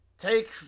Take